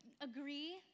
agree